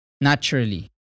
naturally